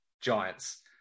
giants